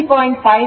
5 ಎಂದು ಆಗುತ್ತದೆ